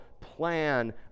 plan